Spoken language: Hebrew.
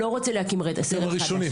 לא רוצה להקים זרם חדש.